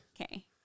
Okay